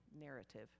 narrative